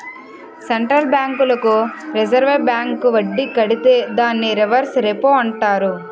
central బ్యాంకులకు reserve bank వడ్డీ కడితే దాన్ని రివర్స్ రెపో అంటారు